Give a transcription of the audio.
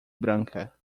branca